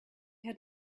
had